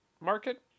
market